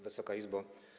Wysoka Izbo!